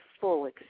full